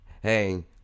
Hey